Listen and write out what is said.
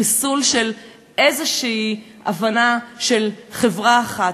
חיסול של איזושהי הבנה של חברה אחת,